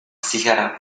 sicherer